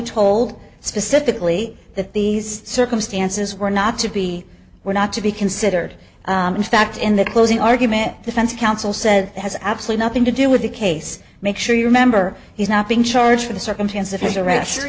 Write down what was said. told specifically that these circumstances were not to be were not to be considered in fact in the closing argument defense counsel says has absolutely nothing to do with the case make sure you remember he's not being charged for the circumstance of his a